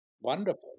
wonderful